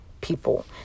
people